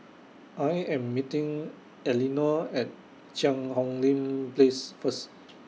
I Am meeting Elinore At Cheang Hong Lim Place First